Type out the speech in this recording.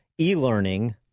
e-learning